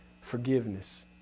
forgiveness